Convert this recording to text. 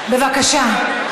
בבקשה.